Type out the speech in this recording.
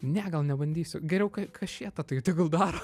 ne gal nebandysiu geriau ka kašėta tai tegul daro